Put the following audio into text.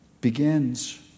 begins